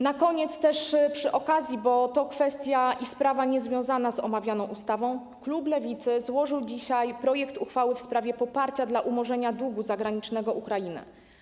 Na koniec, też przy okazji, bo to kwestia niezwiązana z omawianą ustawą, klub Lewicy złożył dzisiaj projekt uchwały w sprawie poparcia dla umorzenia długu zagranicznego Ukrainy.